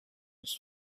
was